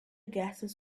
gases